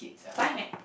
time at